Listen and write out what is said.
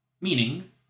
Meaning